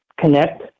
connect